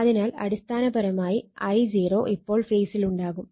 അതിനാൽ അടിസ്ഥാനപരമായി I0 ഇപ്പോൾ ഫേസിലുണ്ടാകും